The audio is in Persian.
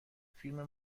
فیلم